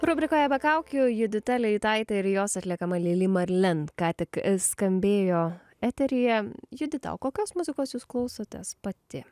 rubrikoje be kaukių judita leitaitė ir jos atliekama lili marlen ką tik skambėjo eteryje judita o kokios muzikos jūs klausotės pati